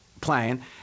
playing